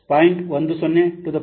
10 to the power of 41500 by 1 plus 0